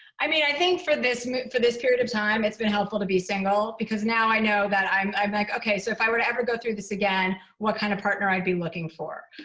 i mean, i think for this for this period of time, it's been helpful to be single, because now i know that i'm i'm like, okay, so if i were to ever go through this again, what kind of partner i'd be looking for.